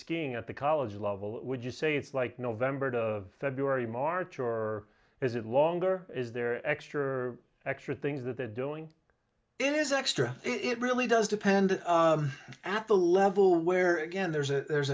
skiing at the college level would you say it's like november to february march or is it longer is there extra or extra things that they're doing it is extra it really does depend at the level where again there's a there's